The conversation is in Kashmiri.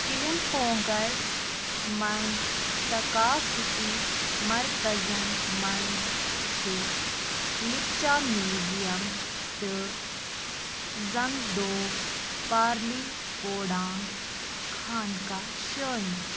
کِلِمپونٛگَس منٛز ثقافتی مرکزَن منٛز چھِ لِپچا میوٗزیَم تہٕ زَنٛگڈوک پالری پھوڈانٛگ خانقاہ شٲمِل